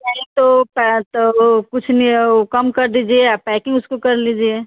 चलिए तो तो कुछ वह कम कर दीजिए या पैकिन्ग उसको कर लीजिए